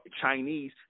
Chinese